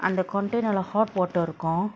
அந்த:andtha container lah hot water இருக்கு:irukku